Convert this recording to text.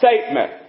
statement